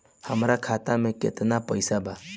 हमरा खाता में केतना पइसा बा?